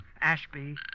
Ashby